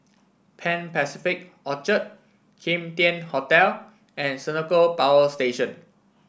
Pan Pacific Orchard Kim Tian Hotel and Senoko Power Station